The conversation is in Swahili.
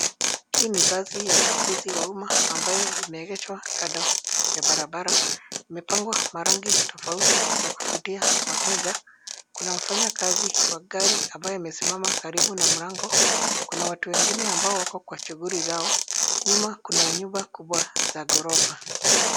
Hii ni basi ya uchukuzi wa umma ambayo imeegeshwa kando ya bararara. Imepakwa marangi tofauti za kuvutia wateja. Kuna mfanyakazi wa gari ambaye amesimama karibu na mlango. Kuna watu wengine ambao wako kwa shughuli zao. Nyuma kuna nyumba kubwa za gorofa.